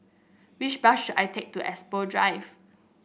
which bus should I take to Expo Drive